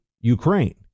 Ukraine